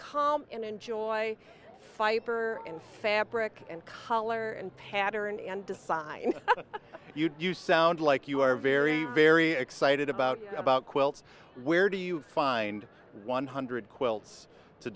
come and enjoy fiber and fabric and color and pattern and decide you do sound like you are very very excited about about quilts where do you find one hundred quilts to